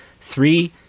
three